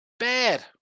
Bad